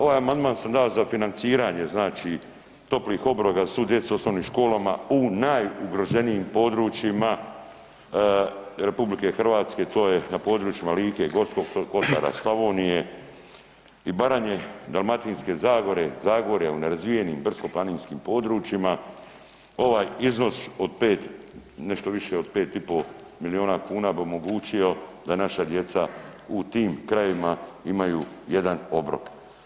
Ovaj amandman sam dao za financiranje, znači toplih obroka za svu djecu u osnovnim školama u najugroženijim područjima RH, to je na područjima Like, Gorskog kotara, Slavonije i Baranje, Dalmatinske zagore, Zagore, u nerazvijenim brdsko-planinskim područjima, ovaj iznos nešto više od 5,5 milijuna kuna bi omogućio da naša djeca u tim krajevima imaju jedan obrok.